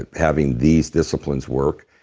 and having these disciplines work,